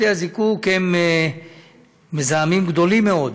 בתי הזיקוק הם מזהמים גדולים מאוד,